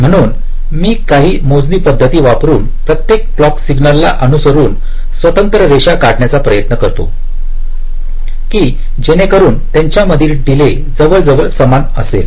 म्हणून मी काही मोजणीपद्धत वापरून प्रत्येक क्लॉक सिग्नल ला अनुसरून स्वतंत्र रेषा काढण्याचा प्रयत्न करतो की जेणेकरून त्यांच्यामधील डिले जवळजवळ समान असेल